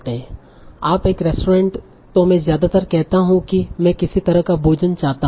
आप एक रेस्टोरेंट तों मैं ज्यादातर कहता हूं कि मैं किसी तरह का भोजन चाहता हूं